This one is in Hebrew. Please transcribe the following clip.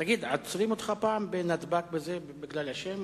תגיד, עוצרים אותך בנתב"ג בגלל השם?